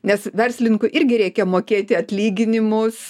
nes verslininkui irgi reikia mokėti atlyginimus